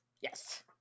Yes